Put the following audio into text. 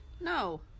No